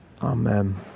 Amen